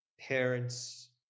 parents